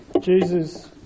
Jesus